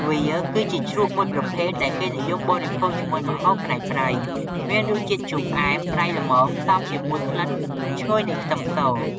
វាគឺជាជ្រក់មួយប្រភេទដែលគេនិយមបរិភោគជាមួយម្ហូបប្រៃៗ មានរសជាតិជូរអែម ប្រៃ ល្មម ផ្សំជាមួយក្លិនឈ្ងុយនៃខ្ទឹមស។